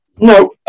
No